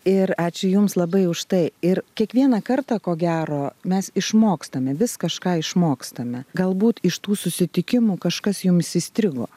ir ačiū jums labai už tai ir kiekvieną kartą ko gero mes išmokstame vis kažką išmokstame galbūt iš tų susitikimų kažkas jums įstrigo